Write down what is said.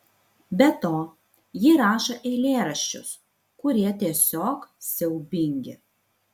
be to ji rašo eilėraščius kurie tiesiog siaubingi